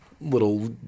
little